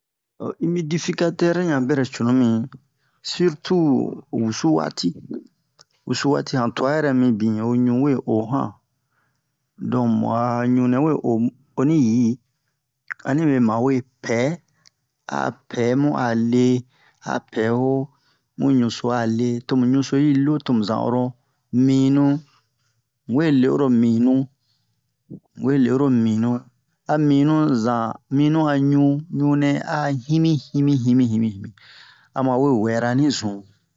Ho omidifikatɛr yan bɛrɛ cunu mi sirtu wusu waati wusu waati han twa yɛrɛ mibin ho ɲu we o han don mu'a ɲu nɛ we o mu o ni yi a nibe ma we pɛ a pɛ mu a le a pɛ ho mu ɲuso a le to mu ɲuso i lo tomu zan oro minu mu we le oro minu mu we le oro minu a minu za minu a ɲu ɲu nɛ a himi-himi himi a ma we wɛra ni zun